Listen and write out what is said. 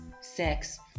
sex